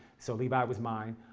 so levi was mine.